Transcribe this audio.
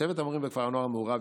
צוות המורים בכפר הנוער מעורב,